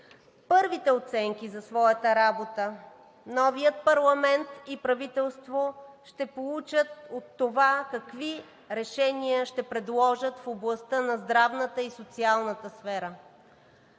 Първите оценки за своята работа новият парламент и правителство ще получат от това какви решения ще предложат в областта на здравната и социалната сфери,